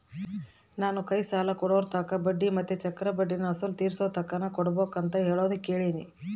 ನಾನು ಕೈ ಸಾಲ ಕೊಡೋರ್ತಾಕ ಬಡ್ಡಿ ಮತ್ತೆ ಚಕ್ರಬಡ್ಡಿನ ಅಸಲು ತೀರಿಸೋತಕನ ಕೊಡಬಕಂತ ಹೇಳೋದು ಕೇಳಿನಿ